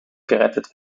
gerettet